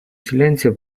silenzio